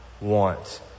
want